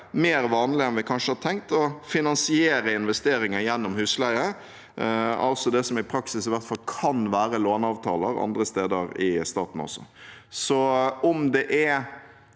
mer vanlig enn vi kanskje har tenkt, å finansiere investeringer gjennom husleie, altså det som i hvert fall i praksis kan være låneavtaler også andre steder i staten. Om det er